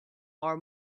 our